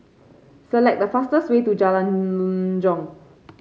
select the fastest way to Jalan Jong